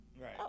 Right